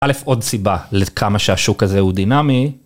אלף עוד סיבה לכמה שהשוק הזה הוא דינמי.